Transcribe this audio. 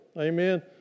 Amen